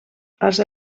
arts